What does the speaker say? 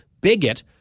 bigot